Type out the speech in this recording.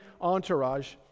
entourage